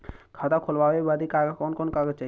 खाता खोलवावे बादे कवन कवन कागज चाही?